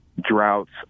droughts